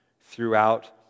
throughout